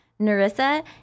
Narissa